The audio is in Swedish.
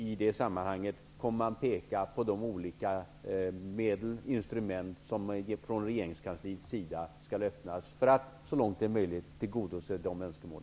I detta sammanhang kan man peka på de olika instrument som regeringskansliet kommer att tillhandahålla för att så långt det är möjligt tillgodose dessa önskemål.